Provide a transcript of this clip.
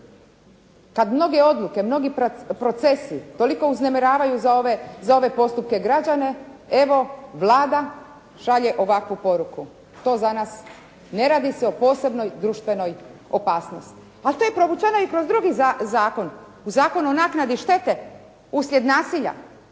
Kada mnoge odluke, mnogi procesi toliko uznemiravaju za ove postupke građane evo Vlada šalje ovakvu poruku. To za nas ne radi se o posebnoj društvenoj opasnosti. A to je provučeno i kroz drugi zakon u Zakonu o naknadi štete uslijed nasilja,